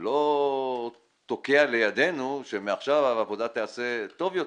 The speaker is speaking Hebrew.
לא תוקע לידינו שמעכשיו העבודה תיעשה טוב יותר,